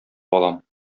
балам